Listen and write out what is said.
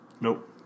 Nope